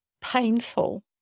painful